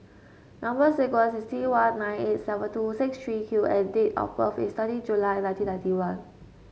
number sequence is T one nine eight seven two six thee Q and date of birth is thirty July nineteen ninety one